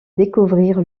découvrir